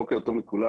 בוקר טוב לכולם.